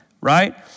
right